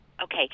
Okay